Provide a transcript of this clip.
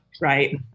right